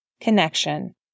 connection